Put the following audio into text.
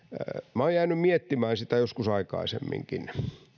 minä olen jäänyt miettimään sitä joskus aikaisemminkin